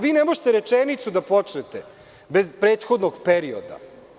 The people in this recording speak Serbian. Vi ne možete rečenicu da počnete bez prethodnog perioda.